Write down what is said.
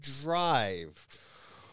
drive